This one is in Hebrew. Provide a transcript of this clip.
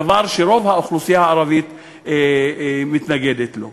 דבר שרוב האוכלוסייה הערבית מתנגדת לו.